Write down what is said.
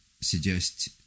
suggest